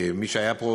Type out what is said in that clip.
מי שהיה פה,